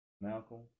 Malcolm